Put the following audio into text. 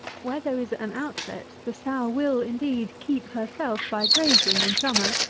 where there is an outlet, the sow will, indeed, keep herself by grazing in summer,